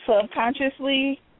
subconsciously